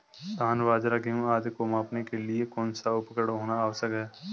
धान बाजरा गेहूँ आदि को मापने के लिए कौन सा उपकरण होना आवश्यक है?